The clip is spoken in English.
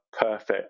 perfect